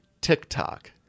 TikTok